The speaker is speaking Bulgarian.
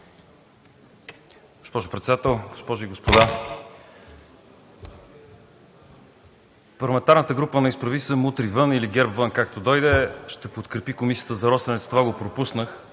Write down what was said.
Госпожо Председател, госпожи и господа, парламентарната група на „Изправи се! Мутри вън!“ или „ГЕРБ вън!“, както дойде, ще подкрепи комисията за „Росенец“, това го пропуснах,